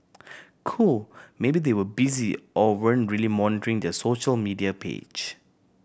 cool maybe they were busy or weren't really monitoring their social media page